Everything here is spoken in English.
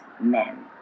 men